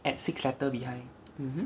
add six letters behind